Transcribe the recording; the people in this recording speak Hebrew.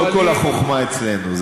לא כל החוכמה אצלנו.